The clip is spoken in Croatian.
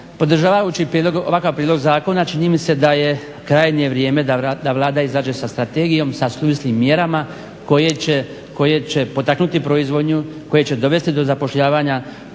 podržavajući ovakav prijedlog zakona čini mi se da je krajnje vrijeme da Vlada izađe sa strategijom, sa suvislim mjerama koje će potaknuti proizvodnju, koje će dovesti do zapošljavanja,